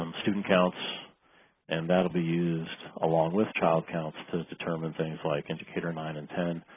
um student counts and that will be used along with child counts to determine things like indicator nine and ten.